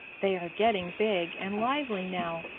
they are getting big and lively now,